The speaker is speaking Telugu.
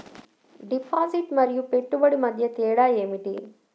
డిపాజిట్ మరియు పెట్టుబడి మధ్య తేడా ఏమిటి?